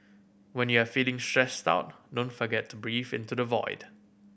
when you are feeling stressed out don't forget to breathe into the void